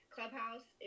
Clubhouse